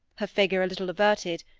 her figure a little averted,